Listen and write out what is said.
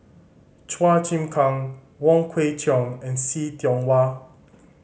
Chua Chim Kang Wong Kwei Cheong and See Tiong Wah